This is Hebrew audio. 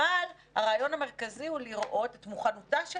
אבל הרעיון המרכזי הוא לראות את מוכנותה של